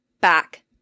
back